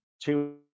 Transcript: two